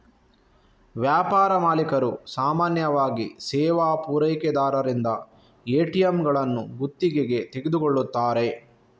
ವ್ಯಾಪಾರ ಮಾಲೀಕರು ಸಾಮಾನ್ಯವಾಗಿ ಸೇವಾ ಪೂರೈಕೆದಾರರಿಂದ ಎ.ಟಿ.ಎಂಗಳನ್ನು ಗುತ್ತಿಗೆಗೆ ತೆಗೆದುಕೊಳ್ಳುತ್ತಾರೆ